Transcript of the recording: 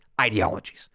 ideologies